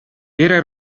era